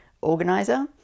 organizer